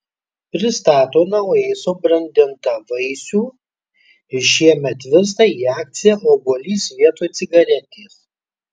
pristato naujai subrandintą vaisių ir šiemet virsta į akciją obuolys vietoj cigaretės